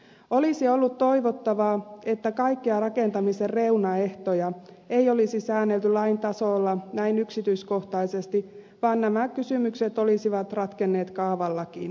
olisi ollut toivottavaa että kaikkia rakentamisen reunaehtoja ei olisi säännelty lain tasolla näin yksityiskohtaisesti vaan nämä kysymykset olisivat ratkenneet kaavallakin